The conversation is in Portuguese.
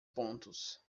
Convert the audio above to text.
pontos